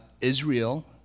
Israel